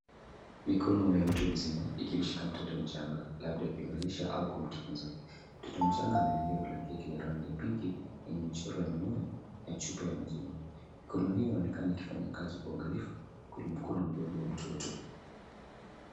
Mikono ya mtu mzima, ikimshika mtoto mchanga, labda ikimvalisha au kumtunza. Mtoto mchanga amelalia blanketi ya rangi ya pinki, yenye michoro ya mioyo na chupa ya maziwa. Mikono hiyo inaonekana ikifanya kazi kwa uangalifu, kwenye mkono mdogo wa mtoto.